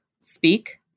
speak